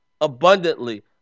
abundantly